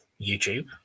YouTube